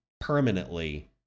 permanently